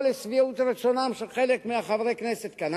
לשביעות רצונם של חלק מחברי הכנסת כאן,